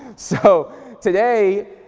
so today,